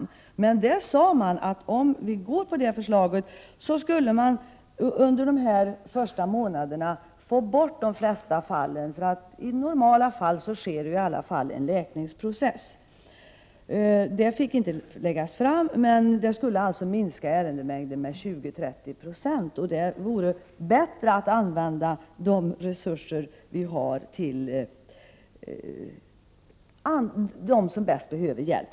I den utredningen sades det, att om man skulle handla i överenstämmelse med det förslaget, skulle man under de första månaderna få bort de flesta fallen, eftersom det i de flesta fall sker en läkningsprocess. Detta förslag fick alltså inte läggas fram, men det skulle ha inneburit att ärendemängden hade minskat med 20-30 26. Det vore bättre att använda de resurser vi har på dem som bäst behöver hjälp.